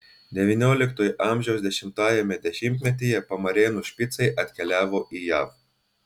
devynioliktojo amžiaus dešimtajame dešimtmetyje pamarėnų špicai atkeliavo į jav